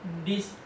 this